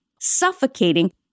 suffocating